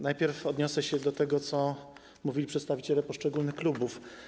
Najpierw odniosę się do tego, co mówili przedstawiciele poszczególnych klubów.